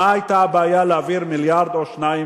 מה היתה הבעיה להעביר מיליארד או שניים